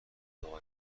دائمی